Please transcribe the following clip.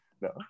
no